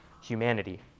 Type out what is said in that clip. humanity